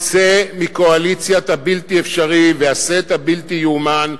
צא מקואליציית הבלתי-אפשרי ועשה את הבלתי-ייאמן.